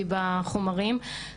אני חושבת שיש מסלולי הסרה